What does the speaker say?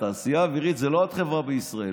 התעשייה האווירית היא לא עוד חברה בישראל.